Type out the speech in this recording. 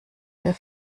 der